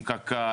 עם קק"ל,